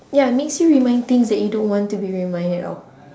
ya makes you remind things that you don't want to be reminded of